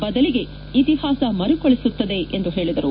ಬದಲಿಗೆ ಇತಿಹಾಸ ಮರಕಳಿಸುತ್ತದೆ ಎಂದು ಹೇಳಿದರು